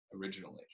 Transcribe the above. originally